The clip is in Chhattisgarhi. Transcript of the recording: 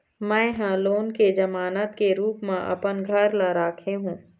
में ह लोन के जमानत के रूप म अपन घर ला राखे हों